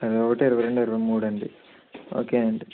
ఇరవై ఒకటి ఇరవై రెండు ఇరవై మూడండి ఓకే అండి